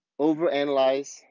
overanalyze